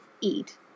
eat